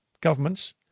governments